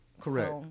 Correct